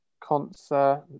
Concert